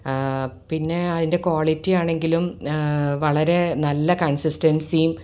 പിന്നെ അതിൻ്റെ ക്വാളിറ്റി ആണെങ്കിലും വളരെ നല്ല കൺസിസ്റ്റൻസിയും